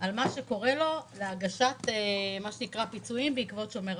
על מה שקורה לו להגשת פיצויים בעקבות שומר החומות.